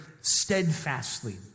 steadfastly